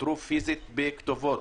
אותרו פיזית בכתובות,